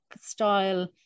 style